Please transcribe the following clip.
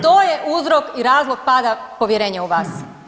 To je uzrok i razlog pada povjerenja u vas.